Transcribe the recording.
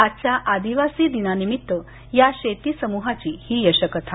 आजच्या आदिवासीवासी दिनानिमित्त या शेती समूहाची ही यशकथा